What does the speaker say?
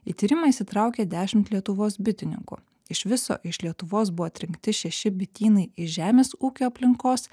į tyrimą įsitraukė dešimt lietuvos bitininkų iš viso iš lietuvos buvo atrinkti šeši bitynai iš žemės ūkio aplinkos